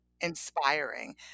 inspiring